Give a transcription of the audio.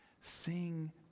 Sing